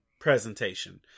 presentation